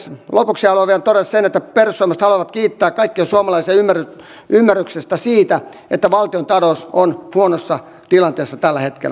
lopuksi haluan vielä todeta sen että perussuomalaiset haluavat kiittää kaikkia suomalaisia ymmärryksestä siitä että valtiontalous on huonossa tilanteessa tällä hetkellä